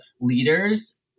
leaders